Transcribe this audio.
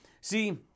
see